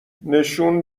نشون